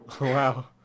Wow